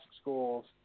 schools